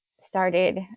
started